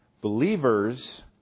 Believers